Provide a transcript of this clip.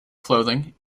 clothing